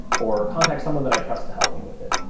or contact someone that i trust to help me with it,